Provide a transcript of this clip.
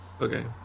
Okay